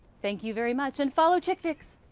thank you very much, and follow chickfix!